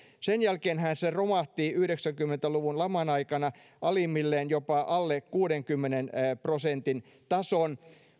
sen jälkeenhän se romahti yhdeksänkymmentä luvun laman aikana alimmilleen jopa alle kuudenkymmenen prosentin tason